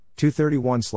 231